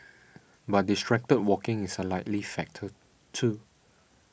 but distracted walking is a likely factor too